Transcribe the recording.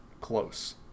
close